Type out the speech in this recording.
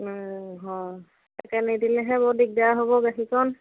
হয় তাকে নিদিলেহে বৰ দিগদাৰ হ'ব গাখীৰকণ